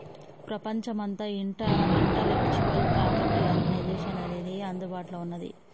ప్రపంచమంతా ఈ intellectual property organisation అనేది అందుబాటులో ఉన్నది